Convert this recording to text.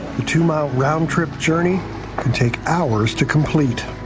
the two-mile round-trip journey could take hours to complete.